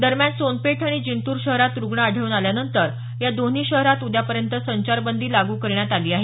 दरम्यान सोनपेठ आणि जिंतूर शहरात रुग्ण आढळून आल्यानंतर या दोन्ही शहरात उद्यापर्यंत संचारबंदी लागू करण्यात आली आहे